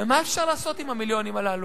ומה אפשר לעשות עם המיליונים הללו,